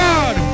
God